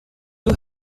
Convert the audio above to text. you